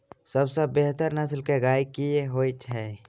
सबसँ बेहतर नस्ल केँ गाय केँ होइ छै?